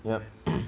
yup